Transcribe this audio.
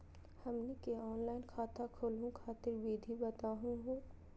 हमनी के ऑनलाइन खाता खोलहु खातिर विधि बताहु हो?